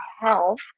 health